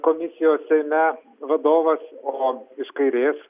komisijos seime vadovas o iš kairės